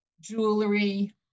jewelry